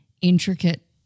intricate